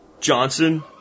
Johnson